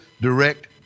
direct